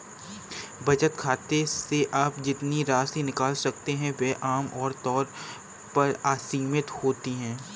बचत खाते से आप जितनी राशि निकाल सकते हैं वह आम तौर पर असीमित होती है